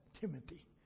Timothy